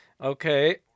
Okay